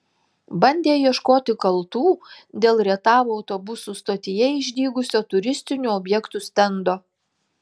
bandė ieškoti kaltų dėl rietavo autobusų stotyje išdygusio turistinių objektų stendo